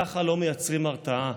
ככה לא מייצרים הרתעה,